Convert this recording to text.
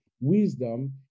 Wisdom